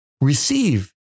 receive